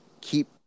keep